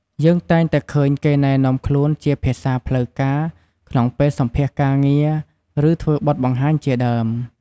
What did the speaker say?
យើងតែងតែឃើញគេណែនាំខ្លួនជាភាសាផ្លូវការ ក្នុងពេលសម្ភាសការងារ ឬធ្វើបទបង្ហាញជាដើម។